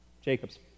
Jacob's